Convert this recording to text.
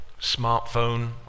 smartphone